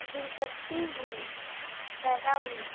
دلچسپی ہوئی پیدا ہوئی